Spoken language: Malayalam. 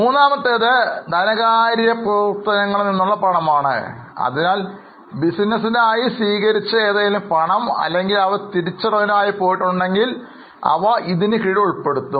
മൂന്നാമത്തേത് ധനകാര്യ പ്രവർത്തനങ്ങളിൽ നിന്നുള്ള പണമാണ് അതിനാൽ ബിസിനസ്സിനായി സ്വീകരിച്ച ഏതെങ്കിലും പണം അല്ലെങ്കിൽ അവ തിരിച്ചടവിനായി പോയിട്ടുണ്ടെങ്കിൽ ഇവ ഇതിനു കീഴിൽ ഉൾപ്പെടുത്തും